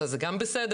אז זה גם בסדר?